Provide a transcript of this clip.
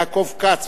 יעקב כץ,